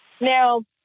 Now